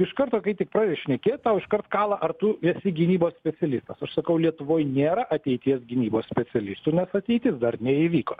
iš karto kai tik pradedi šnekėt tau iškart kala ar tu esi gynybos specialistas aš sakau lietuvoj nėra ateities gynybos specialistųnes ateitis dar neįvyko